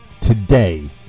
today